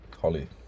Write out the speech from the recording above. Holly